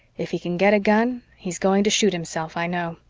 if he can get a gun, he's going to shoot himself, i know.